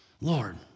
Lord